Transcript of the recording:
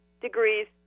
degrees